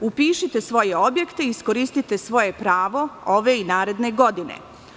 Upišite svoje objekte i iskoristite svoje pravo ove i naredne godine.